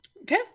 okay